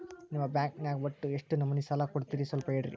ನಿಮ್ಮ ಬ್ಯಾಂಕ್ ನ್ಯಾಗ ಒಟ್ಟ ಎಷ್ಟು ನಮೂನಿ ಸಾಲ ಕೊಡ್ತೇರಿ ಸ್ವಲ್ಪ ಹೇಳ್ರಿ